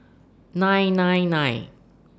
nine nine nine